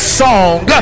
song